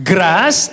Grass